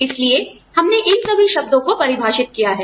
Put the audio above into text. इसलिए हमने इन सभी शब्दों को परिभाषित किया है